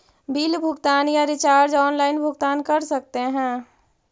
Bill भुगतान या recharge online भुगतान कर सकते हैं?